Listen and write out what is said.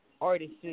artists